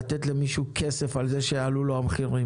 נותנים למישהו כסף על זה שהמחירים עלו.